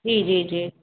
जी जी जी